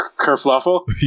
kerfluffle